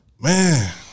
Man